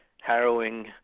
harrowing